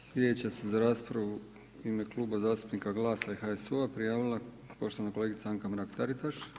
Sljedeća se za raspravu u ime Kluba zastupnika GLAS-a i HSU-a prijavila poštovana kolegica Anka Mark Taritaš.